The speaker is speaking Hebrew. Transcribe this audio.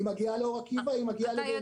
היא מגיעה לאור עקיבא, היא מגיעה לבאר שבע.